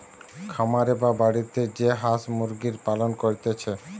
খামারে বা বাড়িতে যে হাঁস মুরগির পালন করতিছে